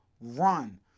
run